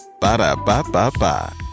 Ba-da-ba-ba-ba